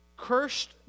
Cursed